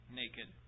naked